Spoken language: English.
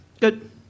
good